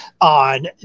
on